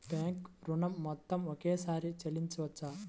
Bank ఋణం మొత్తము ఒకేసారి చెల్లించవచ్చా?